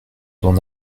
d’en